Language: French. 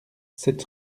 sept